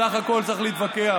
בסך הכול צריך להתווכח.